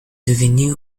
devenu